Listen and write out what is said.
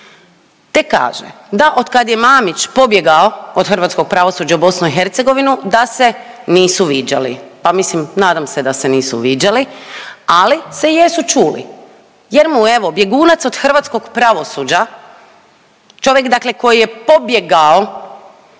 te kaže otkad je Mamić pobjegao od hrvatskog pravosuđa u BiH da se nisu viđali. Pa mislim, nadam se da se nisu viđali, ali se jesu čuli jer mu evo bjegunac od hrvatskog pravosuđa, čovjek dakle koji je pobjegao